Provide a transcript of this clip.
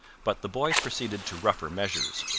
but the boys proceeded to rougher measures,